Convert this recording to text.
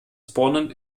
spawnen